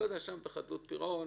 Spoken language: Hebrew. אני לא יודע מה החדלות פירעון שם,